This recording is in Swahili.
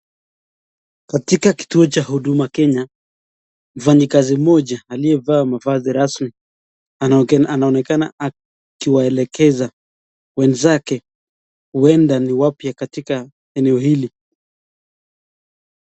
Katika kituo cha huduma kenya, mfanyakazi moja aliyevaa mavazi rasmi anaonekana akiwaelekeza wenzake uenda ni wapya katika eneo hili.